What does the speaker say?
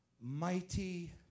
mighty